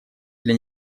для